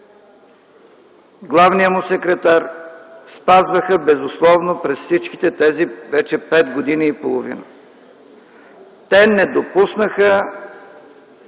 главният му секретар, спазваха безусловно през всичките тези пет години и половина. Те не допуснаха